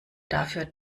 dafür